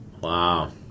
Wow